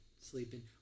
sleeping